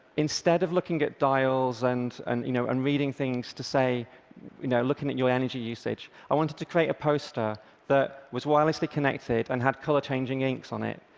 instead of looking at dials and and you know and reading things to say you know looking at your energy usage, i wanted to create a poster that was wirelessly connected and had color-changing inks on it,